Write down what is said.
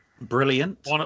Brilliant